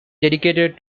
dedicated